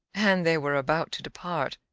and they were about to depart,